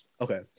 Okay